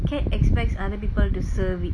cat expects other people to serve it